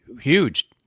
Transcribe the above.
Huge